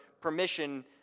permission